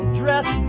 dress